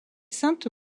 sainte